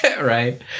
Right